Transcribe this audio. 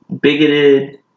bigoted